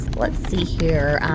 let's see here. ah.